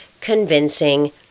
convincing